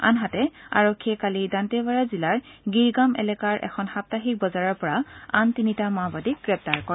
আনহাতে আৰক্ষীয়ে কালি দান্তেৱাৰা জিলাৰ গিৰগাঁম এলেকাৰ এখন সাপ্তাহিক বজাৰৰ পৰা আন তিনিটা মাওবাদীক গ্ৰেপ্তাৰ কৰে